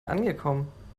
angekommen